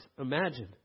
imagine